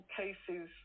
cases